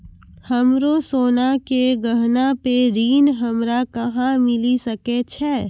हमरो सोना के गहना पे ऋण हमरा कहां मिली सकै छै?